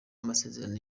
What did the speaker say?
amasezerano